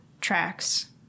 tracks